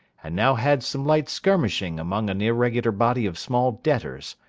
and now had some light skirmishing among an irregular body of small debtors,